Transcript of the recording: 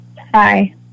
Hi